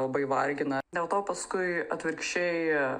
labai vargina dėl to paskui atvirkščiai